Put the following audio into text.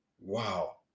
Wow